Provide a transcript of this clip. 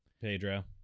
Pedro